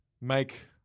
make